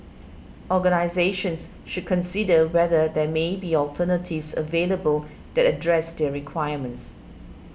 organisations should consider whether there may be alternatives available that address their requirements